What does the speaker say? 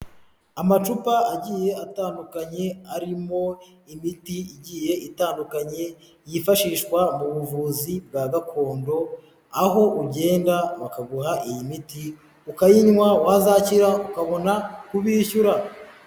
Amacupa agiye atandukanye arimo imiti igiye itandukanye, yifashishwa mu buvuzi bwa gakondo, aho ugenda bakaguha iyi miti ukayinywa wazakira ukabona kubishyura.